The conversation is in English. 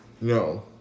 No